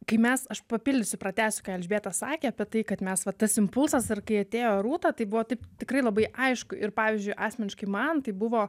kai mes aš papildysiu pratęsiu ką elžbieta sakė apie tai kad mes va tas impulsas ar kai atėjo rūta tai buvo taip tikrai labai aišku ir pavyzdžiui asmeniškai man tai buvo